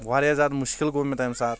واریاہ زیاد مُشکِل گوو مے تَمہِ ساتہٕ